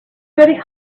very